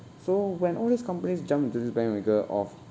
so when all these companies jump into this bandwagon of